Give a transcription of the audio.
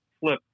Flip